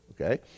Okay